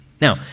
Now